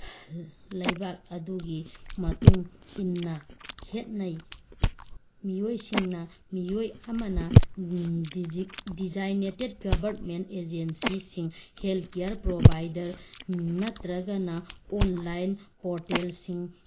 ꯂꯩꯕꯥꯛ ꯑꯗꯨꯒꯤ ꯃꯇꯨꯡ ꯏꯟꯅ ꯈꯦꯠꯅꯩ ꯃꯤꯑꯣꯏꯁꯤꯡꯅ ꯃꯤꯑꯣꯏ ꯑꯃꯅ ꯗꯤꯖꯤꯛꯅꯦꯇꯦꯠ ꯒꯣꯕꯔꯃꯦꯟ ꯑꯦꯖꯦꯟꯁꯤꯁꯤꯡ ꯍꯦꯜ ꯀꯦꯌꯥꯔ ꯄ꯭ꯔꯣꯕꯥꯏꯗꯔ ꯅꯠꯇ꯭ꯔꯒꯅ ꯑꯣꯟꯂꯥꯏꯟ ꯄꯣꯔꯇꯦꯜꯁꯤꯡ